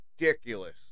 Ridiculous